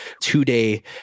two-day